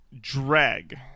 drag